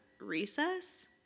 recess